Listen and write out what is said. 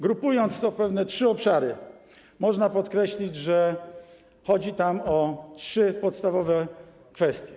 Grupując to w pewne trzy obszary, można podkreślić, że chodzi tam o trzy podstawowe kwestie.